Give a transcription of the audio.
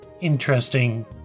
interesting